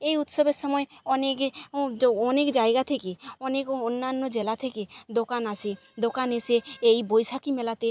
এই উৎসবের সময় অনেকে অনেক জায়গা থেকে অনেক অন্যান্য জেলা থেকে দোকান আসে দোকান এসে এই বৈশাখী মেলাতে